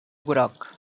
groc